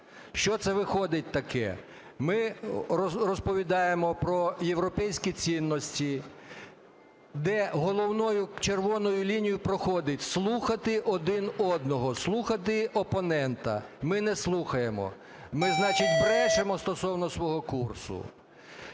Що це виходить таке? Ми розповідаємо про європейські цінності, де головою червоною лінією проходить – слухати один одного, слухати опонента. Ми не слухаємо, ми значить брешемо стосовно свого курсу.